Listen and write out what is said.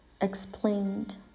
explained